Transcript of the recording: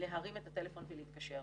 להרים את הטלפון ולהתקשר,